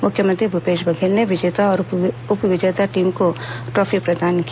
मुख्यमंत्री भूपेश बघेल ने विजेता और उप विजेता टीम को ट्रॉफी प्रदान की